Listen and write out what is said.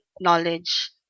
knowledge